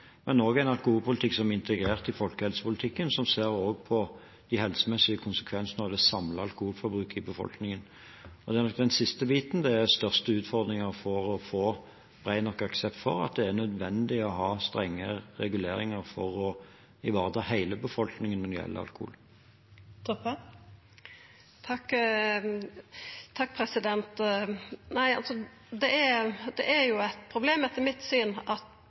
men også en alkoholpolitikk som er integrert i folkehelsepolitikken, og som også ser på de helsemessige konsekvensene av det samlede alkoholforbruket i befolkningen. Det er nok den siste biten det er størst utfordringer for å få bred nok aksept for, nemlig at det er nødvendig å ha strenge reguleringer for å ivareta hele befolkningen når det gjelder alkohol. Det er eit problem etter mitt syn at på akkurat dette området, når det er